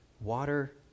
Water